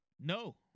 No